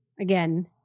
again